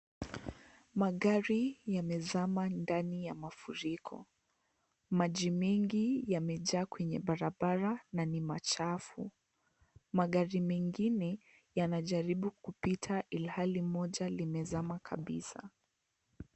Magari yamezama ndani ya mafuriko. Maji mengi, yamejaa kwenye barabara na ni machafu. Magari mengine, yanajaribu kupita, ilhali moja limezama kabisa.